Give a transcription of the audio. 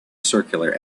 circular